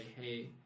hey